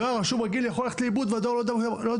דואר רשום רגיל יכול ללכת לאיבוד והדואר לא יודע